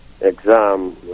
exam